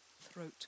throat